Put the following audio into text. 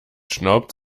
schnaubt